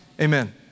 Amen